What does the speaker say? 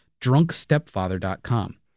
DrunkStepfather.com